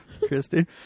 christy